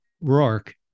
rourke